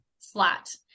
flat